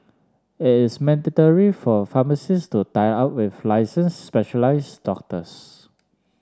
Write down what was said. it is mandatory for pharmacies to tie up with licenced specialized doctors